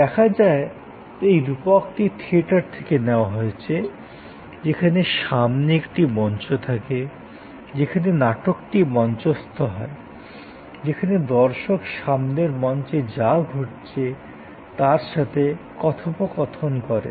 দেখা যায় তো এই রূপকটি থিয়েটার থেকে নেওয়া হয়েছে যেখানে সামনে একটি মঞ্চ থাকে যেখানে নাটকটি মঞ্চস্থ হয় যেখানে দর্শক সামনের মঞ্চে যা ঘটছে তার সাথে কথোপকথন করেন